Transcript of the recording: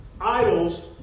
idols